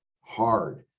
hard